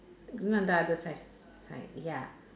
greener on the other side side ya